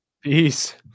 Peace